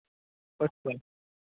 बसि बसि